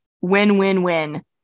win-win-win